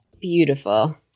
beautiful